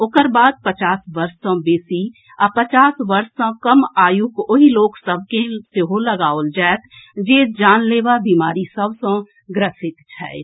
ओकर बाद पचास वर्ष सँ बेसी आ पचास वर्ष सँ कम आयुक ओहि लोक सभ के सेहो लगाओल जायत जे जानलेवा बीमारी सभ सँ ग्रसित छथि